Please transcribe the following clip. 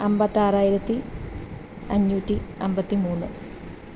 അൻപത്താറായിരത്തി അഞ്ഞൂറ്റി അൻപത്തി മൂന്ന്